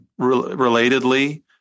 relatedly